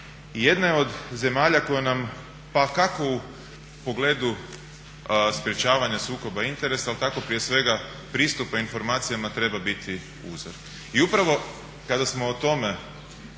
jedna je od zemalja koja nam, pa kako u pogledu sprječavanja sukoba interesa ali tako prije svega pristupa informacijama treba biti uzor. I upravo kada smo o tome